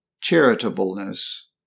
charitableness